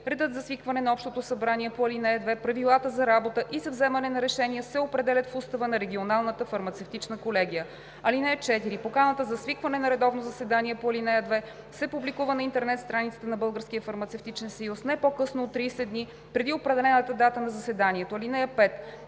Редът за свикване на общо събрание по ал. 2, правилата за работа и за вземане на решения се определят в устава на регионалната фармацевтична колегия. (4) Поканата за свикване на редовно заседание по ал. 2 се публикува на интернет страницата на БФС не по-късно от 30 дни преди определената дата на заседанието. (5)